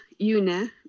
yuna